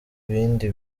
bindi